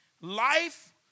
Life